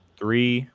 three